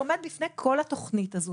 אז הדבר הקטן שהבטיחו עוד לפני התוכנית הלאומית,